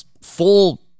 full